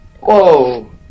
Whoa